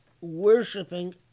worshipping